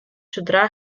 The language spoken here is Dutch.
zodra